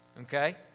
Okay